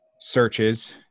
searches